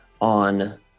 on